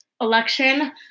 election